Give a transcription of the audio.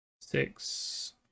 Six